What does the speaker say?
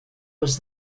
was